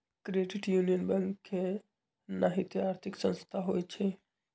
credit union bank के नाहिते आर्थिक संस्था होइ छइ